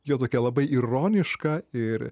jo tokia labai ironiška ir